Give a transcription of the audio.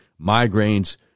migraines